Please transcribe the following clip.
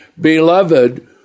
Beloved